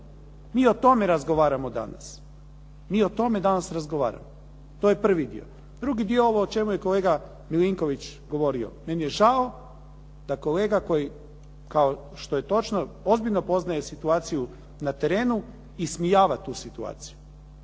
Mi o tome razgovaramo danas. Mi o tome danas razgovaramo. To je prvi dio. Drugi dio, ovo o čemu je kolega Milinković govorio. Meni je žao da kolega koji kao što je točno, ozbiljno poznaje situaciju na terenu, ismijava tu situaciju.